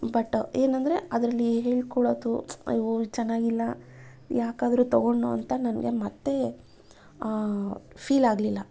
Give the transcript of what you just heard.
but ಏನಂದರೆ ಅದರಲ್ಲಿ ಹೇಳ್ಕೊಳ್ಳೋದು ಅಯ್ಯೋ ಇದು ಚೆನ್ನಾಗಿಲ್ಲ ಯಾಕಾದರೂ ತಗೊಂಡ್ನೊ ಅಂತ ನನಗೆ ಮತ್ತೆ ಫೀಲ್ ಆಗಲಿಲ್ಲ